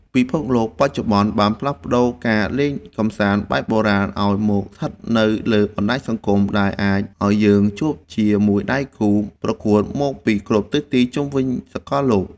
ពិភពលោកបច្ចុប្បន្នបានផ្លាស់ប្តូរការលេងកម្សាន្តបែបបុរាណឱ្យមកស្ថិតនៅលើបណ្តាញសង្គមដែលអាចឱ្យយើងជួបជាមួយដៃគូប្រកួតមកពីគ្រប់ទិសទីជុំវិញសកលលោក។